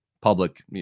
public